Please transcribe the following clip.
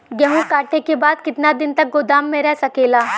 गेहूँ कांटे के बाद कितना दिन तक गोदाम में रह सकेला?